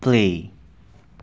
play